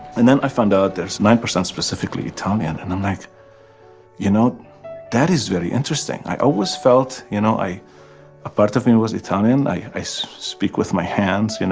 and then i found out there's nine percent specifically italian, and i'm like, you know that is very interesting. i always felt, you know a ah part of me was italian. i so speak with my hands, you know